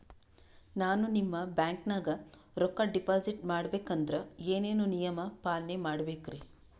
ನಾನು ನಿಮ್ಮ ಬ್ಯಾಂಕನಾಗ ರೊಕ್ಕಾ ಡಿಪಾಜಿಟ್ ಮಾಡ ಬೇಕಂದ್ರ ಏನೇನು ನಿಯಮ ಪಾಲನೇ ಮಾಡ್ಬೇಕ್ರಿ?